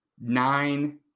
nine